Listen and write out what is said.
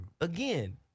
Again